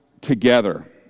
together